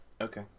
Okay